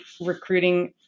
recruiting